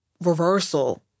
reversal